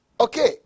Okay